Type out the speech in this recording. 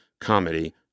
comedy